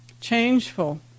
Changeful